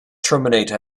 terminate